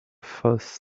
first